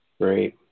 Great